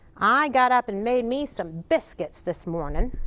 i got up and made me some biscuits this morning.